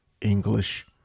English